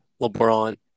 LeBron